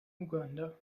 uganda